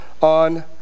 on